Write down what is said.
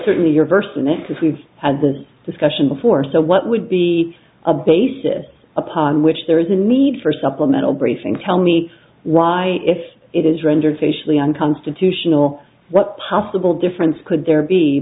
certainly your verse and this is we've had this discussion before so what would be a basis upon which there is a need for supplemental briefing tell me why if it is rendered facially unconstitutional what possible difference could there be